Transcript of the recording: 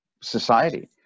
society